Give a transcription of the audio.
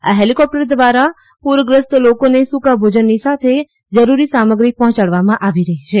આ હેલીકોપ્ટર દ્વારા પૂરગ્રસ્ત લોકોને સુકા ભોજનની સાથે જરૂરી સામગ્રી પહોંચાડવામાં આવી રહી છે